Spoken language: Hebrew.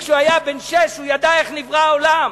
כשהוא היה בן שש הוא ידע איך נברא העולם.